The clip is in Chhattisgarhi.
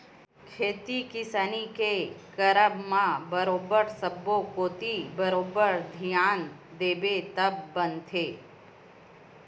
खेती किसानी के करब म बरोबर सब्बो कोती बरोबर धियान देबे तब बनथे